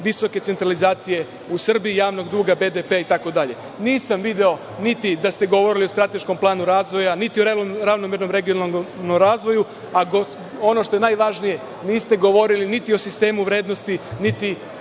visoke centralizacije u Srbiji, javnog duga, BDP, itd. Nisam video niti da ste govorili o strateškom planu razvoja, niti o ravnomernom regionalnom razvoju, a ono što je najvažnije, niste govorili niti o sistemu vrednosti, niti